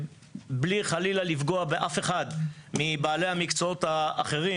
בלי חלילה לפגוע באף אחד מבעלי המקצועות האחרים,